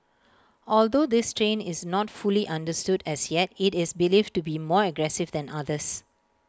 although this strain is not fully understood as yet IT is believed to be more aggressive than others